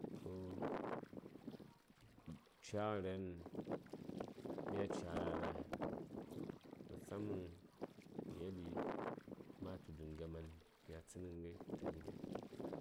So caghən ra:n mya ca ra ɗa masamman məyeli ma tu dən gaman mya tsən ghən ghai tə gəden.